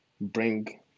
bring